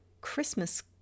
Christmas